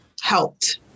helped